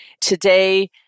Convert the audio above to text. Today